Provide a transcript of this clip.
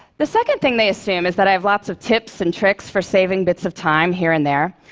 the second thing they assume is that i have lots of tips and tricks for saving bits of time here and there.